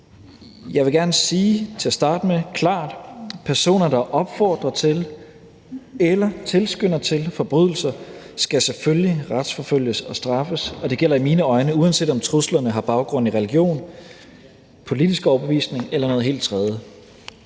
Jeg vil gerne til at starte med sige klart, at personer, der opfordrer til eller tilskynder til forbrydelser, selvfølgelig skal retsforfølges og straffes, og det gælder i mine øjne, uanset om truslerne har baggrund i religion, politisk overbevisning eller noget helt tredje.